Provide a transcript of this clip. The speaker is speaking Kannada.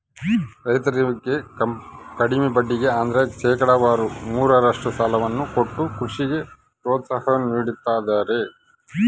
ರೈತರಿಗೆ ಕಡಿಮೆ ಬಡ್ಡಿಗೆ ಅಂದ್ರ ಶೇಕಡಾವಾರು ಮೂರರಷ್ಟು ಸಾಲವನ್ನ ಕೊಟ್ಟು ಕೃಷಿಗೆ ಪ್ರೋತ್ಸಾಹ ನೀಡ್ತದರ